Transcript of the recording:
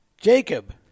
Jacob